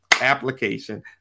application